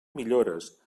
millores